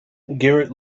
garrett